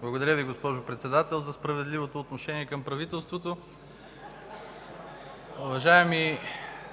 Благодаря Ви, госпожо Председател, за справедливото отношение към правителството. (Смях в ГЕРБ.)